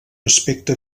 aspecte